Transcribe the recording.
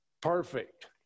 perfect